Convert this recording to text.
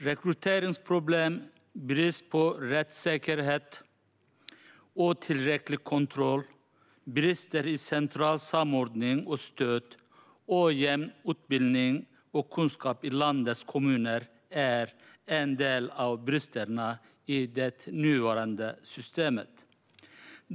Rekryteringsproblem, brist på rättssäkerhet, otillräcklig kontroll, brister i central samordning och stöd, ojämn utbildning och kunskap i landets kommuner är en del av bristerna i det nuvarande systemet.